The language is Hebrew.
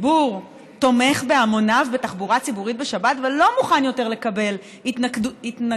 תומך בהמוניו בתחבורה ציבורית בשבת ולא מוכן יותר לקבל התנגדות